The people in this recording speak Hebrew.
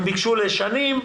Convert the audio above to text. הם ביקשו לשנים.